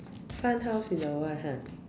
fun house in the world ha